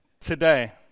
today